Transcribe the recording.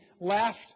laughed